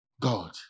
God